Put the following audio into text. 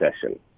session